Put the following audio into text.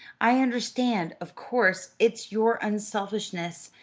i understand, of course it's your unselfishness.